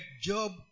Job